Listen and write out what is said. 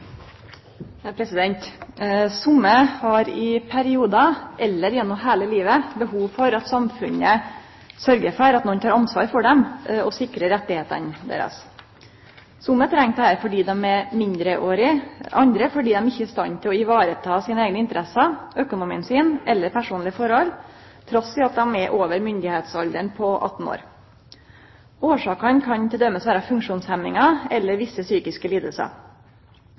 Somme har i periodar – eller gjennom heile livet – behov for at samfunnet sørgjer for at nokon tek ansvar for dei og sikrar rettane deira. Somme treng dette fordi dei er mindreårige, andre fordi dei ikkje er i stand til å vareta sine eigne interesser, økonomien sin eller personlege forhold, trass i at dei er over myndigalderen på 18 år. Årsakene kan t.d. vere funksjonshemmingar eller visse psykiske